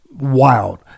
wild